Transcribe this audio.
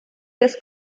des